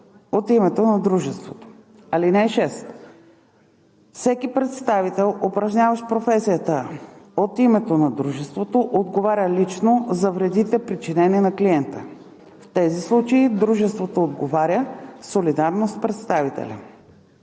от името на дружеството. (6) Всеки представител, упражняващ професията от името на дружеството, отговаря лично за вредите, причинени на клиента. В тези случаи дружеството отговаря солидарно с представителя.